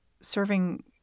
serving